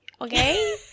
Okay